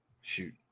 Shoot